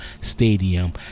stadium